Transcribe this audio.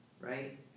right